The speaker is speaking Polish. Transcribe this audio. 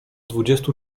dwudziestu